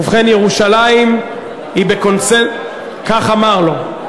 ובכן ירושלים היא, כך אמר לו.